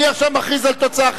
אני עכשיו מכריז על תוצאה,